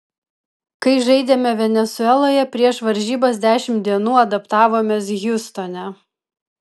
kai žaidėme venesueloje prieš varžybas dešimt dienų adaptavomės hjustone